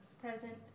Present